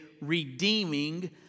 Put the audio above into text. redeeming